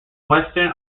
western